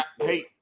hey